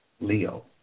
Leo